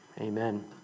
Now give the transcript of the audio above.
Amen